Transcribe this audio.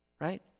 Right